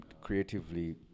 creatively